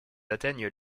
atteignent